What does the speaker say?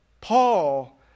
Paul